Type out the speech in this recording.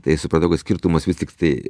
tai suprantau kad skirtumas vis tiktai